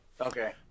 Okay